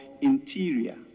Interior